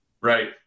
right